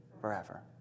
forever